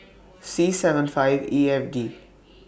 C seven five E F D